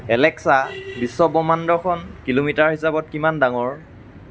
Alexa বিশ্বব্ৰহ্মাণ্ডখন kilometre হিচাপত কিমান ডাঙৰ